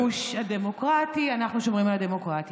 אנחנו הגוש הדמוקרטי, אנחנו שומרים על דמוקרטיה.